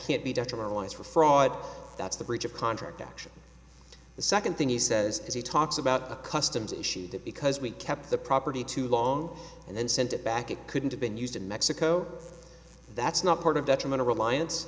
can't be done tomorrow wise for fraud that's the breach of contract action the second thing he says is he talks about a customs issue that because we kept the property too long and then sent it back it couldn't have been used in mexico that's not part of detrimental reliance